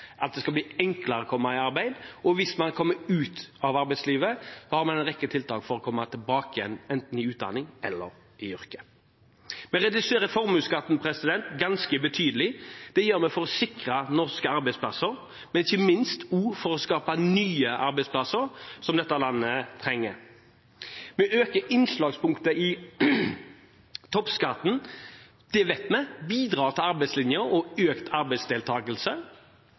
at det skal bli enklere å komme i arbeid, og hvis man kommer ut av arbeidslivet, har vi en rekke tiltak for å komme tilbake igjen, enten i utdanning eller i yrke. Vi reduserer formuesskatten ganske betydelig. Det gjør vi for å sikre norske arbeidsplasser, men ikke minst også for å skape nye arbeidsplasser, som dette landet trenger. Vi øker innslagspunktet i toppskatten. Det vet vi bidrar til arbeidslinjen og økt